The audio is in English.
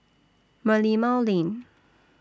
Merlimau Lane